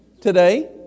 today